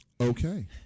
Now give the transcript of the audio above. Okay